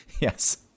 Yes